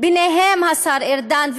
ביניהם השר ארדן,